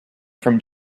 from